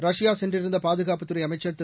Russia சென்றிருந்த பாதுகாப்புத்துறை அமைச்சர் திரு